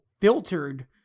filtered